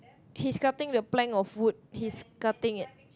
he's cutting the plank of wood he's cutting it